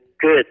good